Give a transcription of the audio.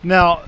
Now